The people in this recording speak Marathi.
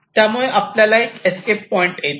त्यामुळे आपल्याला एक एस्केप पॉईंट येतो